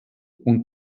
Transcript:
und